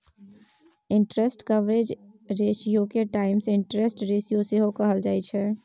interest coverage रेशियोके times interest ratio सेहो कहल जाइत छै